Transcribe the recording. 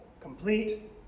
complete